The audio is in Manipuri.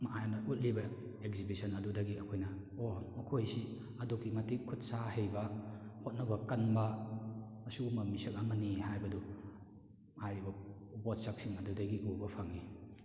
ꯃꯌꯥꯝꯗ ꯎꯠꯂꯤꯕ ꯑꯦꯛꯁꯤꯕꯤꯁꯟ ꯑꯗꯨꯗꯒꯤ ꯑꯩꯈꯣꯏꯅ ꯑꯣ ꯃꯈꯣꯏꯁꯤ ꯑꯗꯨꯛꯀꯤ ꯃꯇꯤꯛ ꯈꯨꯠ ꯁꯥ ꯍꯩꯕ ꯍꯣꯠꯅꯕ ꯀꯟꯕ ꯑꯁꯤꯒꯨꯝꯕ ꯃꯤꯁꯛ ꯑꯃꯅꯤ ꯍꯥꯏꯕꯗꯨ ꯍꯥꯏꯔꯤꯕ ꯄꯣꯠꯁꯛꯁꯤꯡ ꯑꯗꯨꯗꯒꯤ ꯎꯕ ꯐꯪꯉꯤ